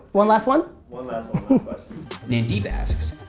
one last one? one last one. nandip asks,